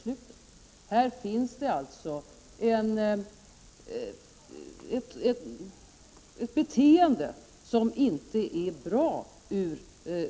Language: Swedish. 101 Här förekommer alltså ett beteende som inte är bra ur